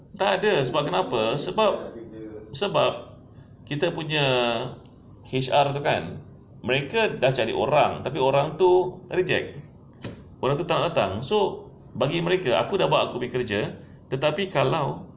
tak ada sebab apa sebab sebab kita punya H_R tu kan mereka dah cari orang tapi orang tu reject orang tu tak nak datang so bagi mereka aku dah buat aku punya kerja tetapi kalau